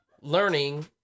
learning